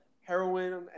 heroin